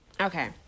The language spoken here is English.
okay